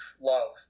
love